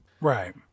Right